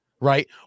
Right